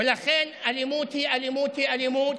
ולכן, אלימות היא אלימות היא אלימות.